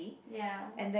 ya